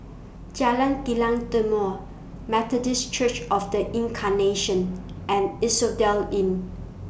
Jalan Kilang Timor Methodist Church of The Incarnation and Asphodel Inn